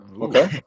Okay